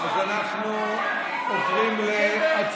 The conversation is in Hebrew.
אנחנו נעבור הלאה לסעיף 25 שעל סדר-היום.